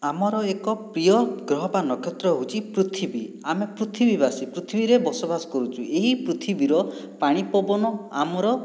ଆମର ଏକ ପ୍ରିୟ ଗ୍ରହ ବା ନକ୍ଷତ୍ର ହେଉଛି ପୃଥିବୀ ଆମେ ପୃଥିବୀବାସୀ ପୃଥିବୀରେ ବସବାସ କରୁଛୁ ଏହି ପୃଥିବୀର ପାଣି ପବନ ଆମର